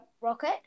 rocket